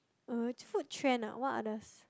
uh food trend lah what others